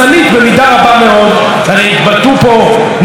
הרי התבטאו פה נגד גזענות כל הזמן,